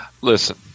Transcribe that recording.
listen